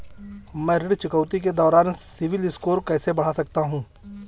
मैं ऋण चुकौती के दौरान सिबिल स्कोर कैसे बढ़ा सकता हूं?